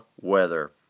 weather